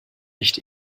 nicht